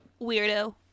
Weirdo